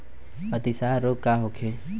अतिसार रोग का होखे?